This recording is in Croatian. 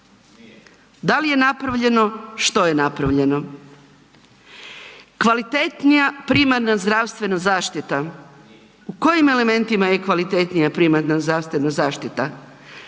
da li je napravljeno, što je napravljeno? Kvalitetnija primarna zdravstvena zaštita, u kojim elementima je kvalitetnija primarna zdravstvena zaštita?